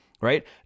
right